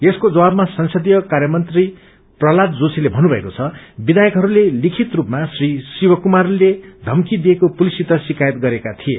यसको जवाबमा संसदीय कार्यमन्त्री प्रहलाद जोशीले मन्नुमएको छ विवायकहरूले लिखित स्पमा श्री शिक्कुमारले यम्की दिएको पुलिससित शिक्रायत गरेका थिए